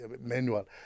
manual